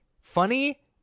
funny